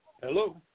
Hello